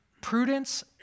prudence